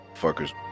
Fuckers